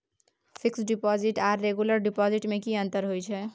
Fix deposit आर regular deposit में की अंतर होय छै?